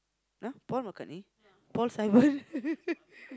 ah Paul-McCartney Paul-Simon